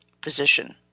position